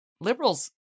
Liberals